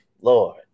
Lord